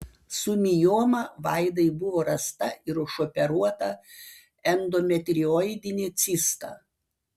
su mioma vaidai buvo rasta ir išoperuota endometrioidinė cista